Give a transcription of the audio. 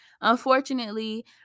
Unfortunately